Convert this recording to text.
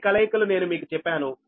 అన్ని కలయికలు నేను మీకు చెప్పాను